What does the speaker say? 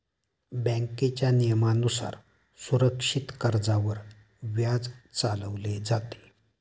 बँकेच्या नियमानुसार सुरक्षित कर्जावर व्याज चालवले जाते